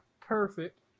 Perfect